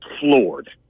floored